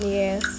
yes